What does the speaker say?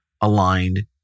aligned